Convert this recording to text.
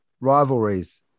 Rivalries